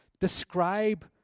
describe